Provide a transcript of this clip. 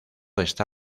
está